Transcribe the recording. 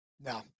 No